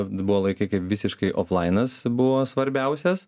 buvo laikai kai visiškai oflainas buvo svarbiausias